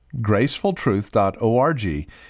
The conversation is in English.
GracefulTruth.org